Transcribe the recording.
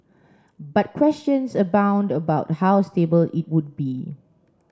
but questions abound about how stable it would be